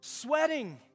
Sweating